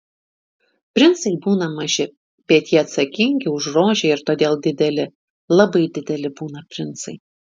princai būna maži bet jie atsakingi už rožę ir todėl dideli labai dideli būna princai